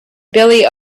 billy